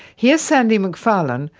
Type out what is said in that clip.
here's sandy mcfarlane,